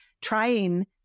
trying